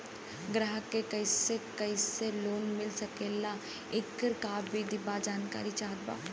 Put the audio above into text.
ग्राहक के कैसे कैसे लोन मिल सकेला येकर का विधि बा जानकारी चाहत बा?